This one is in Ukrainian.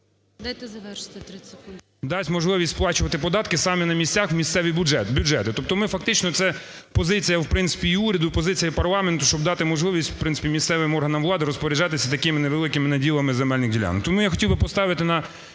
Дайте завершити, 30 секунд. КРИВОШЕЯ Г.Г. …дасть можливість сплачувати податки саме на місцях в місцеві бюджети. Тобто ми фактично, це позиція, в принципі, і уряду, позиція і парламенту, щоб дати можливість, в принципі, місцевим органам влади розпоряджатися такими невеликими наділами земельних ділянок. Тому я хотів би поставити на